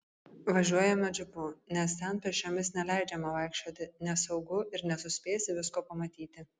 važiuojame džipu nes ten pėsčiomis neleidžiama vaikščioti nesaugu ir nesuspėsi visko pamatyti